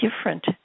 different